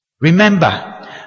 remember